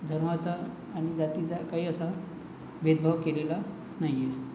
धर्माचा आणि जातीचा काही असा भेदभाव केलेला नाही आहे